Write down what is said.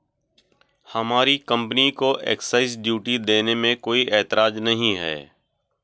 हमारी कंपनी को excise duty देने में कोई एतराज नहीं है